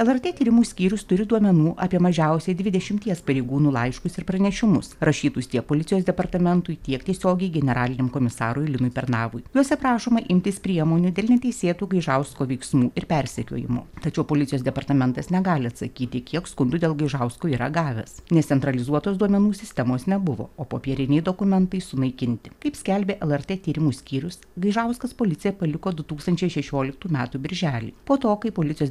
lrt tyrimų skyrius turi duomenų apie mažiausiai dvidešimties pareigūnų laiškus ir pranešimus rašytus tiek policijos departamentui tiek tiesiogiai generaliniam komisarui linui pernavui visa prašoma imtis priemonių dėl neteisėtų gaižausko veiksmų ir persekiojimų tačiau policijos departamentas negali atsakyti kiek skundų dėl gaižausko yra gavęs nes centralizuotos duomenų sistemos nebuvo o popieriniai dokumentai sunaikinti kaip skelbė lrt tyrimų skyrius gaižauskas policija paliko du tūkstančiai šešioliktų metų birželį po to kai policijos